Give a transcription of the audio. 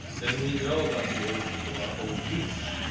than we know about the origins of our own genus.